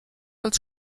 als